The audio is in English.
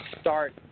start